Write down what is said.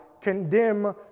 condemn